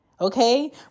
okay